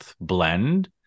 blend